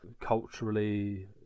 culturally